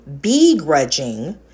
begrudging